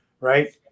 Right